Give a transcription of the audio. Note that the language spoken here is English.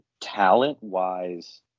Talent-wise